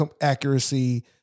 accuracy